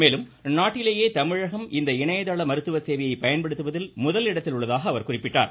மேலும் நாட்டிலேயே தமிழகம் இந்த இணையதள மருத்துவ சேவையை பயன்படுத்துவதில் முதலிடத்தில் உள்ளதாக கூறினார்